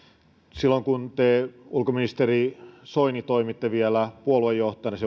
silloin kun te ulkoministeri soini toimitte vielä puoluejohtajana